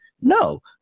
No